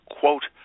quote